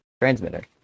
transmitter